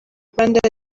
rwanda